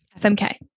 FMK